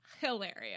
hilarious